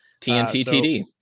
TNT-TD